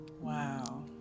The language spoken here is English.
Wow